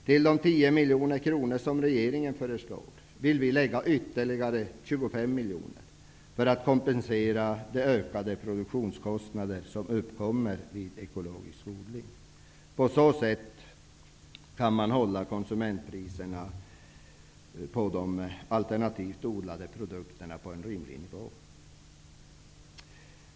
Till de 10 miljoner kronor som regeringen föreslår vill vi lägga ytterligare 25 miljoner kronor för att kompensera de ökade produktionskostnader som uppkommer vid ekologisk odling. På så sätt kan man hålla konsumentpriserna på de alternativt odlade produkterna på en rimlig nivå.